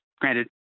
granted